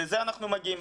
לזה אנחנו מגיעים.